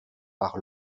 par